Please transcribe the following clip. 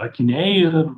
akiniai ir